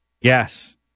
Yes